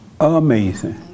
Amazing